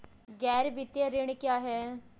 गैर वित्तीय ऋण क्या है?